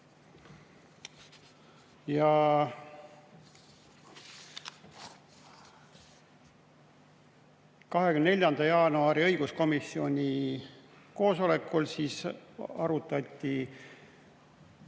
Ja 24. jaanuari õiguskomisjoni koosolekul arutati